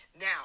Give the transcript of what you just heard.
Now